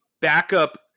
backup